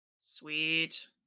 Sweet